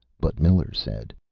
but miller said,